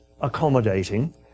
accommodating